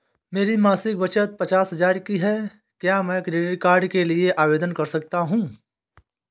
मेरी मासिक बचत पचास हजार की है क्या मैं क्रेडिट कार्ड के लिए आवेदन कर सकता हूँ?